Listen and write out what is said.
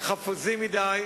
חבר הכנסת טיבי,